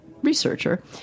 Researcher